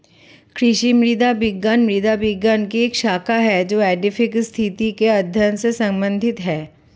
कृषि मृदा विज्ञान मृदा विज्ञान की एक शाखा है जो एडैफिक स्थिति के अध्ययन से संबंधित है